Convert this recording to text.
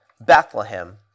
Bethlehem